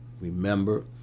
remember